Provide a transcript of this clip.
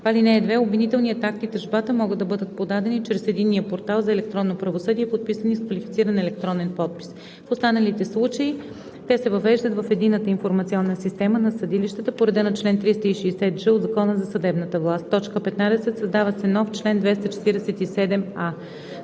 нова ал. 2: „(2) Обвинителният акт и тъжбата могат да бъдат подадени чрез единния портал за електронно правосъдие, подписани с квалифициран електронен подпис. В останалите случаи те се въвеждат в единната информационна система на съдилищата по реда на чл. 360ж от Закона за съдебната власт.“ 15. Създава се нов чл. 247а: